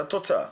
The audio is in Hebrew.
זו התוצאה.